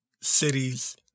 cities